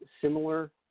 similar